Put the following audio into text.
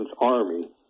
army